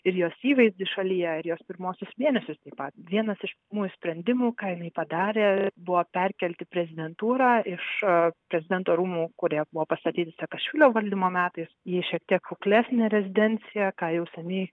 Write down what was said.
ir jos įvaizdį šalyje ir jos pirmuosius mėnesius taip pat vienas iš pirmųjų sprendimų ką jinai padarė buvo perkelti prezidentūrą iš prezidento rūmų kurie buvo pastatyti sakašvilio valdymo metais ji šiek tiek kuklesnė rezidencija ką jau seniai